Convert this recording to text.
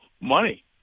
money